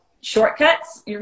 shortcuts